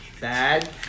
Bad